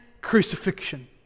crucifixion